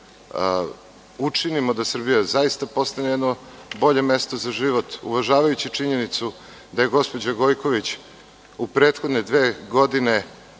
učinimo da Srbija zaista postane jedno bolje mesto za život, uvažavajući činjenicu da je gospođa Gojković u prethodne dve godine